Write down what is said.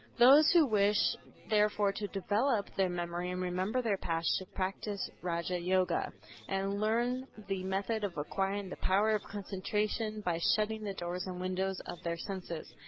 those who wish therefore to develop their memory and remember their past should practice raja yoga and learn the method of acquiring the power of concentration by shutting the doors and windows of their senses.